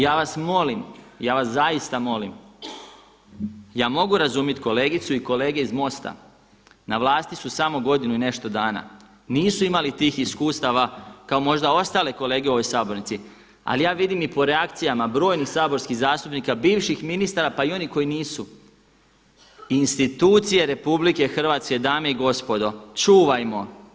Ja vas molim, ja vas zaista molim, ja mogu razumjeti kolegicu i kolege iz MOST-a, na vlasti su samo godinu i nešto dana, nisu imali tih iskustava kao možda ostale kolege u ovoj sabornici, ali ja vidim i po reakcijama brojni saborskih zastupnika, bivših ministara pa i onih koji nisu, institucije RH dame i gospodo čuvajmo.